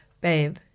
babe